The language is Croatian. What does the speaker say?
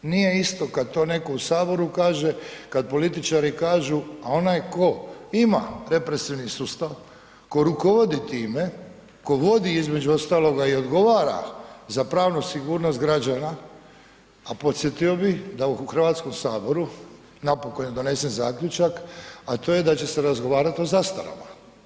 Nije isto kad to netko u Saboru kaže, kad političari kažu a onaj tko ima represivni sustav, tko rukovodi time, tko vodi između ostaloga i odgovara za pravnu sigurnosti građana a podsjetio bih da u Hrvatskom saboru napokon je donesen zaključak a to je da će se razgovarati o zastarama.